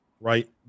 right